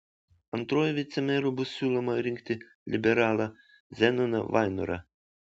antruoju vicemeru bus siūloma rinkti liberalą zenoną vainorą